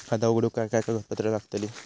खाता उघडूक काय काय कागदपत्रा लागतली?